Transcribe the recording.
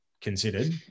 considered